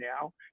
now